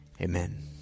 Amen